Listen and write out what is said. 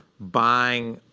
buying